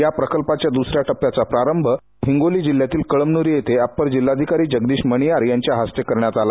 या प्रकल्पाच्या दुसऱ्या टप्प्याचा प्रारंभ आज हिंगोली जिल्ह्यातील कळमन्री येथे अप्पर जिल्हाधिकारी जगदीश मणियार यांच्या हस्ते झाला